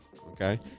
Okay